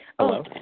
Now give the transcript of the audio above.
Hello